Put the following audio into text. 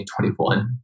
2021